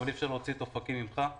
אבל אי-אפשר להוציא את אופקים ממך.